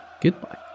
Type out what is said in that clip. goodbye